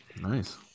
Nice